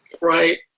Right